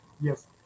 Yes